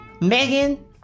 Megan